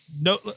no